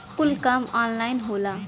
कुल काम ऑन्लाइने होला